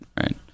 right